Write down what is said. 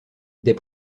des